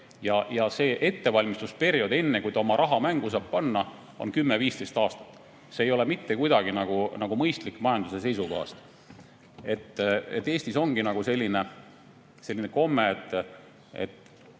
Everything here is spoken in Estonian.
Aga see ettevalmistusperiood, enne, kui ta oma raha mängu saab panna, on 10–15 aastat. See ei ole mitte kuidagi mõistlik majanduse seisukohast. Eestis ongi selline komme, et